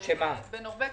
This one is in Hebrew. בנורבגיה,